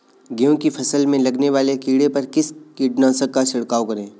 गेहूँ की फसल में लगने वाले कीड़े पर किस कीटनाशक का छिड़काव करें?